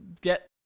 get